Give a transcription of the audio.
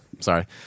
Sorry